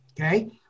okay